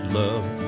love